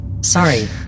Sorry